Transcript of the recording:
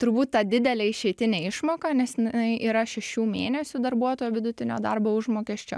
turbūt tą didelę išeitinę išmoką nes jinai yra šešių mėnesių darbuotojo vidutinio darbo užmokesčio